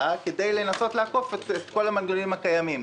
כדי לנסות לעקוף את כל המנגנונים הקיימים.